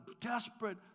desperate